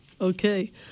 Okay